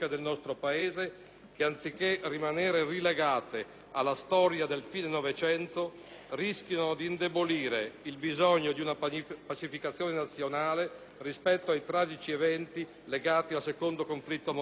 che anziché rimanere rilegate alla storia del fine Novecento, rischiano di indebolire il bisogno di una pacificazione nazionale rispetto ai tragici eventi legati al secondo conflitto mondiale.